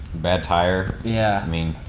bad tire. yeah. i mean,